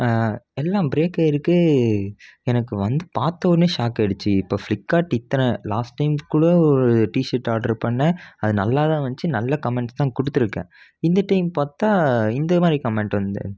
எல்லாம் ப்ரேக் ஆகிருக்கு எனக்கு வந்து பார்த்த உடனே ஷாக்காயிடுச்சு இப்போ ஃப்ளிப்கார்ட் இத்தனை லாஸ்ட் டைம் கூட ஒரு டிஷர்ட் ஆர்டர் பண்ணிணேன் அது நல்லாதான் வந்துச்சு நல்ல கமெண்ட்ஸ்தான் கொடுத்துருக்கேன் இந்த டைம் பார்த்தா இந்த மாதிரி கமெண்ட் வந்துருந்